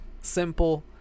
simple